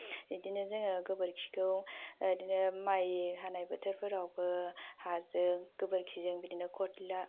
इदिनो जोङो गोबोरखिखौ इदिनो माइ हानाय बोथोरफोरावबो हाजों गोबोरखिजों बिदिनो